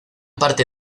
parte